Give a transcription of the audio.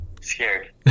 scared